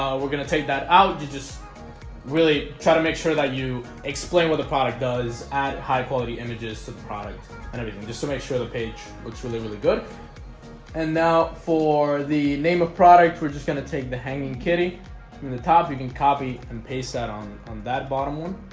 we're gonna take that out you just really try to make sure that you explain what the product does add high-quality images to the product and everything just to make sure the page looks really really good and now for the name of product, we're just gonna take the hanging kitty i mean the top you can copy and paste that on on that bottom one